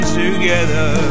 together